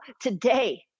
Today